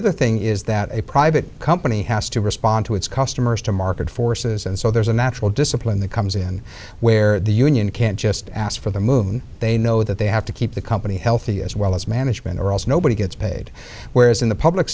other thing is that a private company has to respond to its customers to market forces and so there's a natural discipline that comes in where the union can't just ask for the moon they know that they have to keep the company healthy as well as management or else nobody gets paid whereas in the public